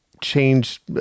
change